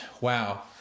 Wow